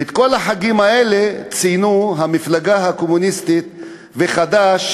ואת כל החגים האלה ציינו המפלגה הקומוניסטית וחד"ש,